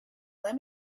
let